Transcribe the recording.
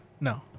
No